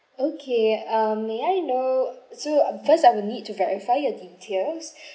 okay um may I know so because I would to need to verify your details